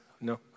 no